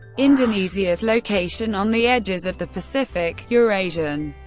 indonesia's location on the edges of the pacific, eurasian,